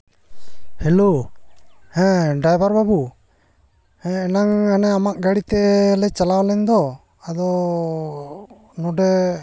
hello ᱦᱮᱸ driver ᱵᱟ ᱵᱩ ᱦᱮᱸ ᱮᱱᱟᱝ ᱟᱞᱮ ᱟᱢᱟᱜ ᱜᱟᱲᱤ ᱛᱮᱞᱮ ᱪᱟᱞᱟᱣ ᱞᱮᱱᱫᱚ ᱟᱫᱚ ᱱᱚᱰᱮ